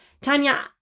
Tanya